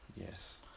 yes